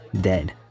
dead